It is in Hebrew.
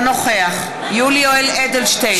אינו נוכח יולי יואל אדלשטיין,